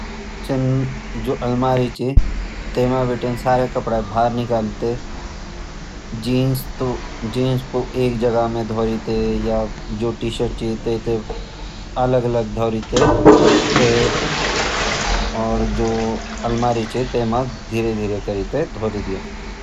जु अलमारी छ तै म बटिन सारा कपडा बाहर निकाली तै जीन्स को एक जगह म धरी तैं या जु टीसर्ट छ तै थैं अलग अलग धरी तैं और जु अलमारी छ तै म धीरे धीरे करी तैं धरी द्यो।